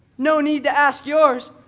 no need to ask yours.